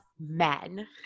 men